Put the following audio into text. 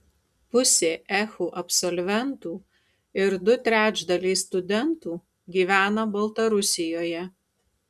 pusė ehu absolventų ir du trečdaliai studentų gyvena baltarusijoje